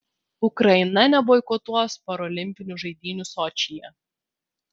ukraina neboikotuos parolimpinių žaidynių sočyje